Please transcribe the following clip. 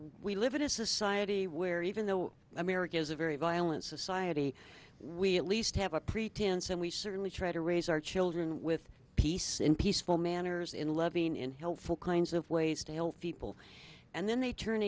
we live in a society where even though america is a very violent society we at least have a pretense and we certainly try to raise our children with peace in peaceful manners in loving and helpful kinds of ways to help people and then they turn